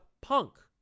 punk